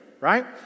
right